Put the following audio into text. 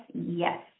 yes